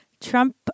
Trump